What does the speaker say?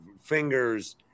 Fingers